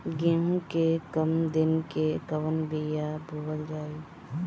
गेहूं के कम दिन के कवन बीआ बोअल जाई?